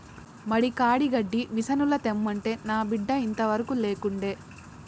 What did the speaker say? మడి కాడి గడ్డి మిసనుల తెమ్మంటే నా బిడ్డ ఇంతవరకూ లేకుండే